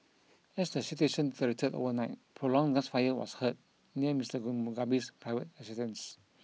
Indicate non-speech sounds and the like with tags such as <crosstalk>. as the situation <unintelligible> overnight prolonged gunfire was heard near Mister <unintelligible> Mugabe's private residence